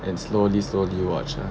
and slowly slowly watch